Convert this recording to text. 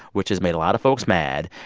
which has made a lot of folks mad.